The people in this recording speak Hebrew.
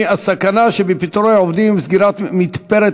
סכנת פיטורי עובדים וסגירת מתפרת